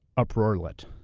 uproarlet.